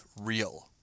real